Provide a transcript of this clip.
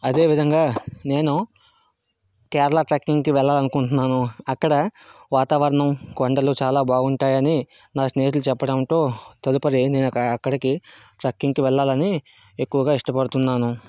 అదేవిధంగా నేను కేరళ ట్రెక్కింగ్కి వెళ్ళాలని అనుకుంటున్నాను అక్కడ వాతావరణం కొండలు చాలా బాగుంటాయని నా స్నేహితులు చెప్పడంతో తదుపరి నేను క అక్కడికి ట్రెక్కింగ్కి వెళ్ళాలని ఎక్కువగా ఇష్టపడుతున్నాను